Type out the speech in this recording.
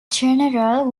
general